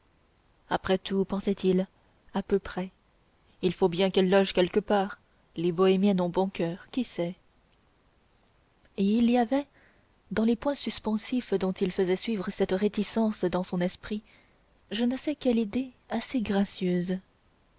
après tout pensait-il à peu près il faut bien qu'elle loge quelque part les bohémiennes ont bon coeur qui sait et il y avait dans les points suspensifs dont il faisait suivre cette réticence dans son esprit je ne sais quelles idées assez gracieuses